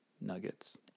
nuggets